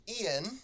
ian